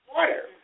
water